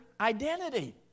identity